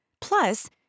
Plus